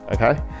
okay